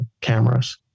cameras